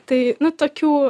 tai nu tokių